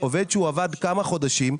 עובד שעבד כמה חודשים,